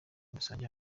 dusangiye